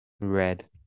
Red